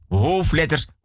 hoofdletters